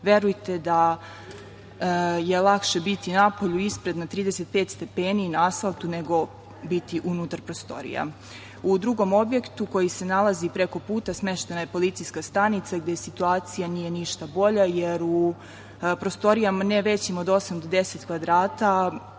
Verujte da je lakše biti napolju, ispred na 35 stepeni na asfaltu nego biti unutar prostorija.U drugom objektu koji se nalazi preko puta smeštena je policijska stanica gde situacija nije ništa bolja, jer u prostorijama ne većim od osam do deset kvadrata